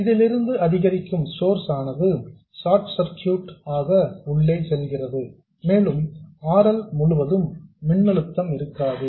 இதிலிருந்து அதிகரிக்கும் சோர்ஸ் ஆனது ஷார்ட் சர்க்யூட் ஆக உள்ளே செல்கிறது மற்றும் R L முழுவதும் மின்னழுத்தம் இருக்காது